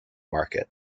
market